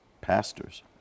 pastors